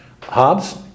Hobbes